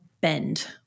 bend